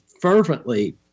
fervently